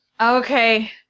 Okay